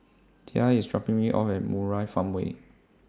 Tia IS dropping Me off At Murai Farmway